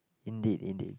indeed indeed